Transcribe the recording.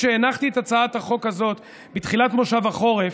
כשהנחתי את הצעת החוק הזאת בתחילת מושב החורף,